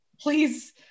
please